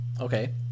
okay